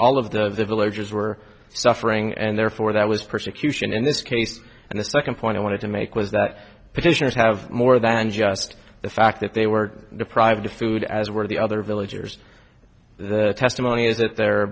all of the villagers were suffering and therefore that was persecution in this case and the second point i wanted to make was that petitioners have more than just the fact that they were deprived of food as were the other villagers the testimony is that their